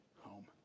home